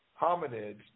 hominids